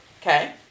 okay